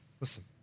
listen